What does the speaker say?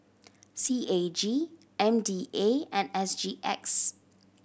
C A G M D A and S G X